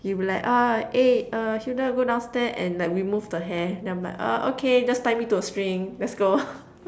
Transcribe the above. he'll be like ah eh uh Hilda go downstairs and like remove the hair then I'm like uh okay just tie me to a string let's go